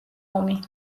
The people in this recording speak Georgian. ომი